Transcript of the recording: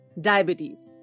diabetes